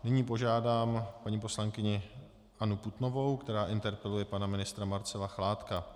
Nyní požádám paní poslankyni Annu Putnovou, která interpeluje pana ministra Marcela Chládka.